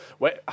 Wait